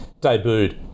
debuted